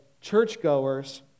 churchgoers